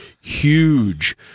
huge